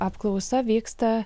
apklausa vyksta